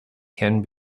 can